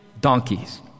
donkeys